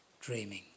dreaming